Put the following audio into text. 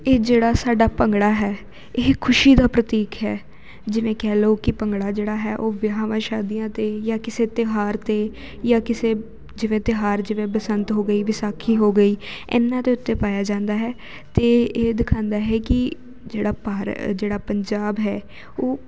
ਇਹ ਜਿਹੜਾ ਸਾਡਾ ਭੰਗੜਾ ਹੈ ਇਹ ਖੁਸ਼ੀ ਦਾ ਪ੍ਰਤੀਕ ਹੈ ਜਿਵੇਂ ਕਹਿ ਲਓ ਕਿ ਭੰਗੜਾ ਜਿਹੜਾ ਹੈ ਉਹ ਵਿਆਹਾਂ ਸ਼ਾਦੀਆਂ 'ਤੇ ਜਾਂ ਕਿਸੇ ਤਿਉਹਾਰ 'ਤੇ ਜਾਂ ਕਿਸੇ ਜਿਵੇਂ ਤਿਉਹਾਰ ਜਿਵੇਂ ਬਸੰਤ ਹੋ ਗਈ ਵਿਸਾਖੀ ਹੋ ਗਈ ਇਹਨਾਂ ਦੇ ਉੱਤੇ ਪਾਇਆ ਜਾਂਦਾ ਹੈ ਅਤੇ ਇਹ ਦਿਖਾਉਂਦਾ ਹੈ ਕਿ ਜਿਹੜਾ ਭਾਰ ਜਿਹੜਾ ਪੰਜਾਬ ਹੈ ਉਹ